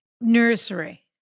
nursery